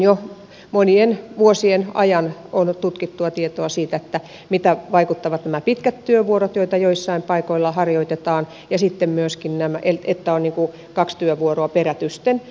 jo monien vuosien ajalta on tutkittua tietoa siitä mitä vaikuttavat pitkät työvuorot joita joissain paikoissa harjoitetaan ja sitten myöskin tästä että on niin kuin kaksi työvuoroa perätysten